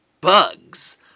bugs